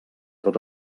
tot